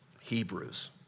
Hebrews